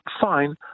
fine